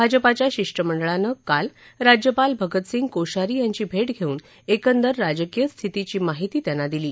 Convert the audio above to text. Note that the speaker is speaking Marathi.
भाजपाच्या शिष्टमंडळानं काल राज्यपाल भगत सिंग कोश्यारी यांची भेट घेऊन एकंदर राजकीय स्थितीची माहिती त्यांना दिली